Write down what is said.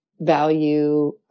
value